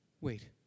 Wait